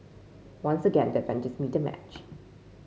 once again the avengers meet their match